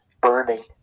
burning